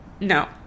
no